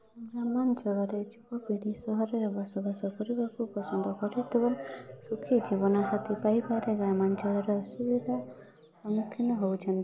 ଗ୍ରାମାଞ୍ଚଳରେ ଯୁବପିଢ଼ି ସହରରେ ବସବାସ କରିବାକୁ ପସନ୍ଦ କରୁଥିବା ସୁଖି ଜୀବନ ସାଥି ପାଇପାରେନା ଗ୍ରାମାଞ୍ଚଳ ଅସୁବିଧା ସମ୍ମୁଖୀନ ହେଉଛନ୍ତି